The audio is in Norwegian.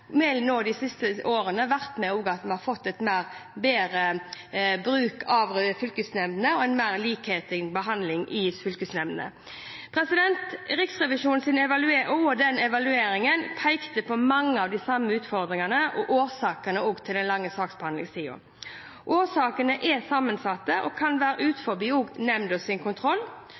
de siste årene har vært medvirkende til at vi har fått en bedre bruk av fylkesnemndene og en mer lik behandling i fylkesnemndene. Riksrevisjonen og evalueringen peker på mange av de samme utfordringene og årsakene til den lange saksbehandlingstida. Årsakene er sammensatte og kan være utenfor nemndas kontroll. Ingen saker er like, og